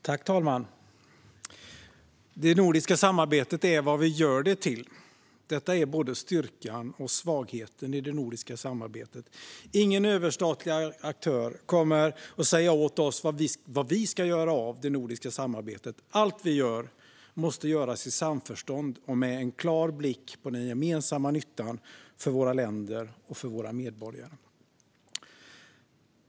Fru talman! Det nordiska samarbetet är vad vi gör det till. Detta är både styrkan och svagheten i det nordiska samarbetet. Ingen överstatlig aktör kommer att säga åt oss vad vi ska göra av det nordiska samarbetet. Allt vi gör måste göras i samförstånd och med en klar blick på den gemensamma nyttan för våra länder och för våra medborgare.